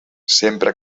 sempre